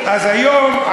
אז היום,